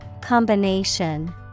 Combination